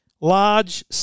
large